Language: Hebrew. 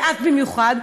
ואת במיוחד,